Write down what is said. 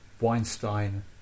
Weinstein